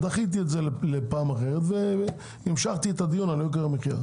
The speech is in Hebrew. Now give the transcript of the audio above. אז דחיתי את זה לפעם אחרת והמשכתי את הדיון על יוקר המחיה,